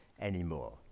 anymore